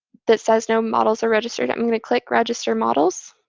that says no models are registered. i'm going to click register models.